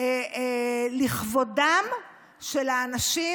לכבודם של האנשים